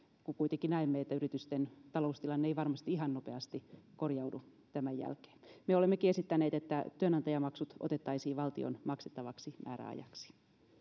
kun kuitenkin näemme että yritysten taloustilanne ei varmasti ihan nopeasti korjaudu tämän jälkeen me olemmekin esittäneet että työnantajamaksut otettaisiin valtion maksettavaksi määräajaksi